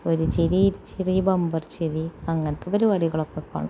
ഒരു ചിരി ഇരു ചിരി ബമ്പർ ചിരി അങ്ങനത്തെ പരിപാടികളൊക്ക കാണും